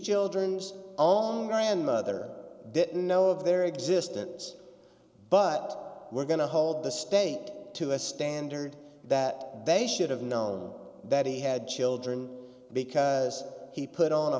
children's on grandmother didn't know of their existence but we're going to hold the state to a standard that they should have known that he had children because he put on a